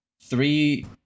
three